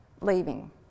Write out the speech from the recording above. leaving